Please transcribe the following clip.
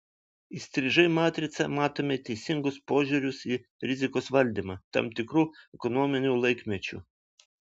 įstrižai matricą matome teisingus požiūrius į rizikos valdymą tam tikru ekonominiu laikmečiu